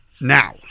now